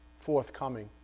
forthcoming